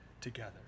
together